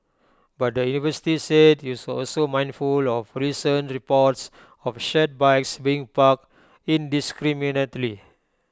but the university said IT was also mindful of recent reports of shared bikes being parked indiscriminately